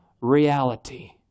reality